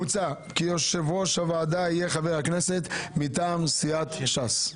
מוצע כי יושב-ראש הוועדה יהיה חבר הכנסת מטעם סיעת ש"ס.